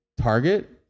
target